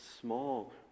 small